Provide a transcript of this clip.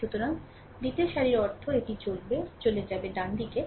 সুতরাং দ্বিতীয় সারির অর্থ এটি চলে যাবে ডানদিকে